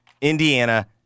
Indiana